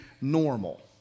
normal